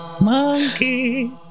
Monkey